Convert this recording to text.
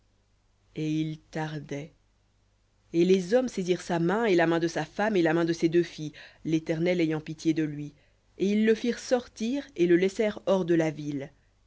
et il tardait et les hommes saisirent sa main et la main de sa femme et la main de ses deux filles l'éternel ayant pitié de lui et ils le firent sortir et le laissèrent hors de la ville